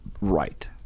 right